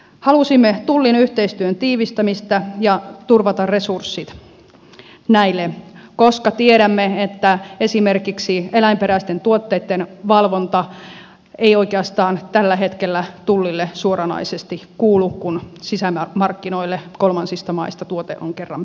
halusimme tullin yhteistyön tiivistämistä ja turvata resurssit sille koska tiedämme että esimerkiksi eläinperäisten tuotteitten valvonta ei oikeastaan tällä hetkellä tullille suoranaisesti kuulu kun sisämarkkinoille kolmansista maista tuote on kerran päässyt